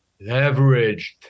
leveraged